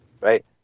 Right